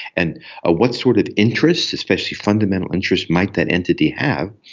and ah what sort of interests, especially fundamental interests, might that entity have,